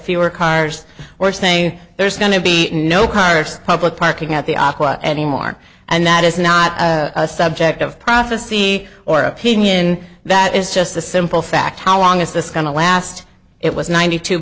fewer cars or say there's going to be no cars public parking at the opera anymore and that is not a subject of prophecy or opinion that is just the simple fact how long is this going to last it was ninety two